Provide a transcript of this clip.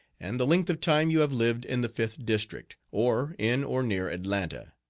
and the length of time you have lived in the fifth district, or in or near atlanta.